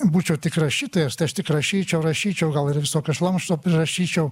būčiau tik rašytojas tai aš tik rašyčiau rašyčiau gal ir visokio šlamšto prirašyčiau